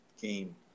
game